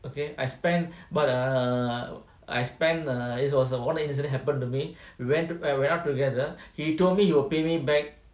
okay I spend but err I spend err this was the one of the incident happen to me we went we went out together he told me he will pay me back